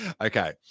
Okay